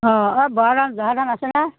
অ অ বৰা ধান জহা ধান আছেনে